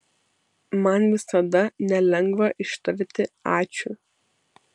man visada nelengva ištarti ačiū